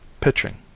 pitching